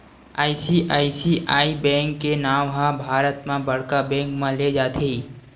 ICICI bank के नांव ह भारत म बड़का बेंक म लेय जाथे